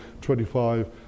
25